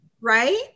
Right